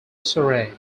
surrey